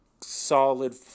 solid